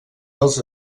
dels